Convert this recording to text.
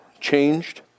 changed